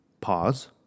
pause